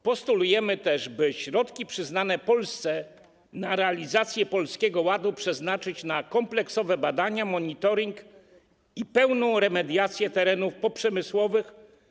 Postulujemy też, by środki przyznane Polsce na realizację Polskiego Ładu przeznaczyć na kompleksowe badania, monitoring i pełną remediację terenów poprzemysłowych,